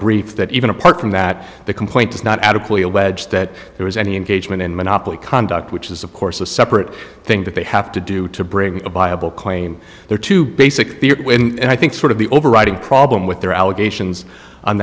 brief that even apart from that the complaint does not adequately allege that there was any engagement in monopoly conduct which is of course a separate thing that they have to do to bring a viable claim there are two basic and i think sort of the overriding problem with their allegations on